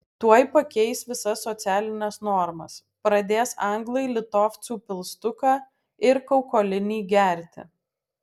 tuoj pakeis visas socialines normas pradės anglai litovcų pilstuką ir kaukolinį gerti